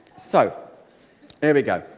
so here we go.